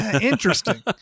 interesting